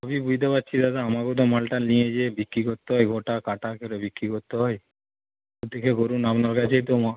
সবই বুইঝতে পারছি দাদা আমাকেও তো মালটা নিয়ে গিয়ে বিক্রি করতে হয় গোটা কাটা করে বিক্রি করতে হয় দেখে করুন আপনারা কাছেই তো